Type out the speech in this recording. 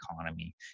economy